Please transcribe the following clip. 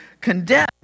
condemn